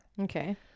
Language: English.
Okay